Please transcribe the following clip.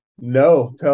no